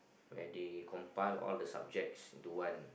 where they compile all the subjects into one